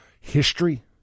history